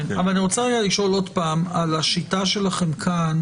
אני רוצה לשאול עוד פעם על השיטה שלכם כאן